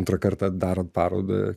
antrą kartą darant parodą